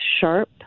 sharp